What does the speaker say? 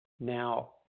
Now